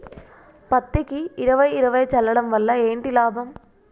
పత్తికి ఇరవై ఇరవై చల్లడం వల్ల ఏంటి లాభం?